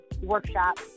workshop